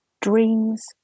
dreams